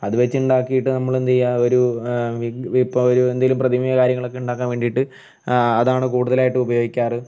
അത് വെച്ച് ഉണ്ടാക്കിയിട്ട് നമ്മളെന്തെയ്യാ ഒരു ഇപ്പം ഒരു എന്തേലും പ്രതിമയോ കാര്യങ്ങളൊക്കെ ഉണ്ടാക്കാൻ വേണ്ടീട്ട് അ അതാണ് കൂടുതലായിട്ടും ഉപയോഗിക്കാറ്